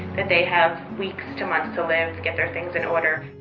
that they have weeks to months to live, to get their things in order.